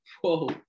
whoa